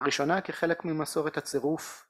ראשונה כחלק ממסורת הצירוף